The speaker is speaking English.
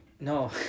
No